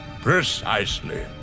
Precisely